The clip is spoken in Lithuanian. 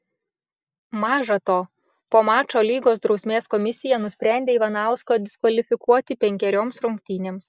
maža to po mačo lygos drausmės komisija nusprendė ivanauską diskvalifikuoti penkerioms rungtynėms